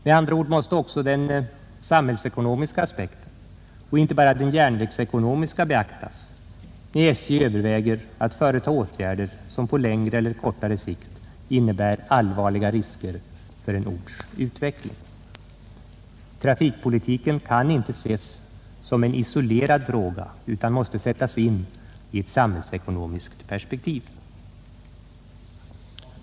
Med andra ord måste också den samhällsekonomiska aspekten och inte bara den järnvägsekonomiska beaktas, när SJ överväger att företa åtgärder som på längre eller kortare sikt innebär allvarliga risker för en orts utveckling. Trafikpolitiken kan inte ses som en isolerad fråga utan måste sättas in i ett samhällsekonomiskt perspektiv.